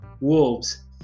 Wolves